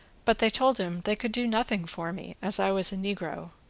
but they told him they could do nothing for me as i was a negro.